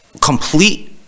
complete